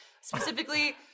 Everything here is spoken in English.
specifically